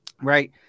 right